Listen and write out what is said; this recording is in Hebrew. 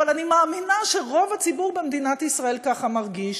אבל אני מאמינה שרוב הציבור במדינת ישראל ככה מרגיש,